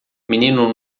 menino